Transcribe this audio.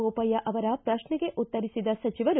ಮೋಪಯ್ಯ ಅವರ ಪ್ರಶ್ನೆಗೆ ಉತ್ತರಿಸಿದ ಸಚಿವರು